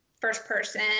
first-person